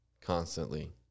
constantly